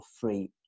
free